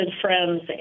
friends